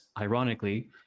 ironically